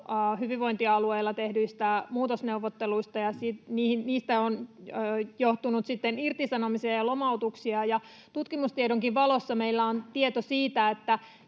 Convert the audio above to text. hyvinvointialueilla tehty — muutosneuvotteluista, joista on johtunut sitten irtisanomisia ja lomautuksia, ja tutkimustiedonkin valossa meillä on tieto siitä,